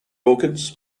organs